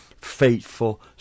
faithful